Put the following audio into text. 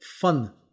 fun